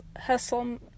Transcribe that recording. hustle